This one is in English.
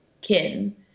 kin